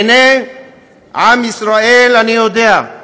עיני עם ישראל, אני יודע,